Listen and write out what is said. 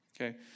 Okay